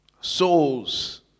Souls